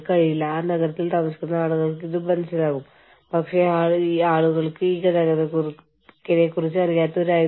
നിങ്ങൾ കണ്ടുവല്ലോ എന്റെ എല്ലാ സ്ലൈഡുകളിലും ഞാൻ എല്ലായ്പ്പോഴും സ്രോതസ്സുകളുടെ റഫറൻസ് കുറച്ച് നൽകാറുണ്ട്